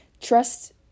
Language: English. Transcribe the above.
trust